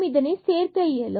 இதை சேர்க்க இயலும்